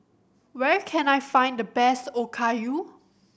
where can I find the best Okayu